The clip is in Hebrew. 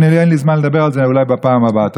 אין לי זמן לדבר על זה, אולי בפעם הבאה.